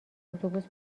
اتوبوس